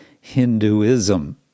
Hinduism